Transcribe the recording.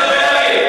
המוסד,